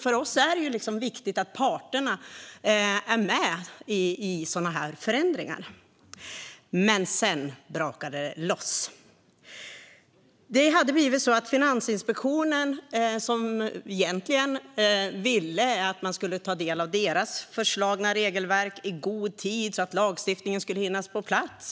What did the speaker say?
För oss är det viktigt att parterna är med i sådana förändringar. Men sedan brakade det loss. Finansinspektionen ville egentligen att man skulle ta del av deras föreslagna regelverk i god tid så att lagstiftningen skulle finnas på plats.